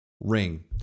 ring